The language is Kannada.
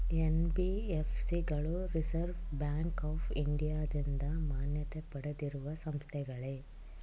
ಎನ್.ಬಿ.ಎಫ್.ಸಿ ಗಳು ರಿಸರ್ವ್ ಬ್ಯಾಂಕ್ ಆಫ್ ಇಂಡಿಯಾದಿಂದ ಮಾನ್ಯತೆ ಪಡೆದಿರುವ ಸಂಸ್ಥೆಗಳೇ?